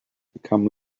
become